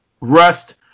Rust